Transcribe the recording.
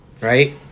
right